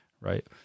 right